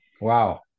Wow